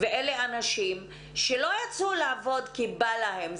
אלה אנשים שלא יצאו לעבוד כי בא להם.